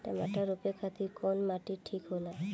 टमाटर रोपे खातीर कउन माटी ठीक होला?